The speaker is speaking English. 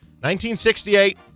1968